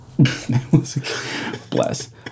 bless